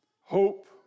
hope